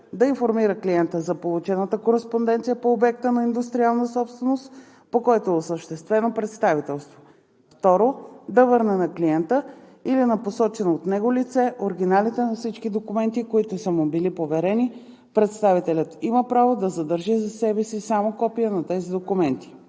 да информира клиента за получена кореспонденция по обекта на индустриална собственост, по който е осъществено представителство; 2. да върне на клиента или на посочено от него лице оригиналите на всички документи, които са му били поверени; представителят има право да задържи за себе си само копия на тези документи.